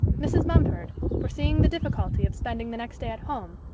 mrs. mumford, foreseeing the difficulty of spending the next day at home,